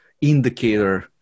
indicator